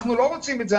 אנחנו לא רוצים את זה.